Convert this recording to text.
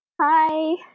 Hi